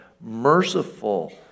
merciful